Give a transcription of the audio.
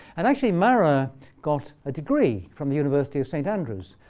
and actually, marat got a degree from the university of st. andrews.